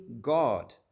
God